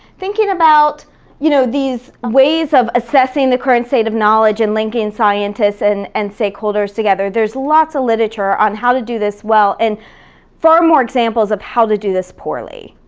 thinking about you know these ways of assessing the current state of knowledge and linking scientists and and stakeholders together, there's lots of literature on how to do this well and far more examples of how to do this poorly.